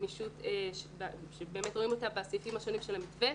וגמישות שבאמת רואים אותה בסעיפים השונים של המתווה.